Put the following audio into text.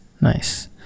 nice